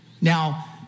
Now